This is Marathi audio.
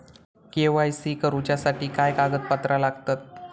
के.वाय.सी करूच्यासाठी काय कागदपत्रा लागतत?